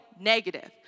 negative